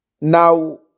now